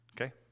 okay